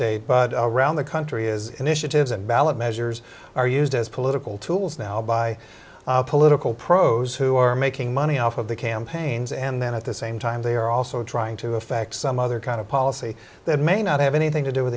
state but around the country is initiatives and ballot measures are used as political tools now by political pros who are making money off of the campaigns and then at the same time they are also trying to affect some other kind of policy that may not have anything to do with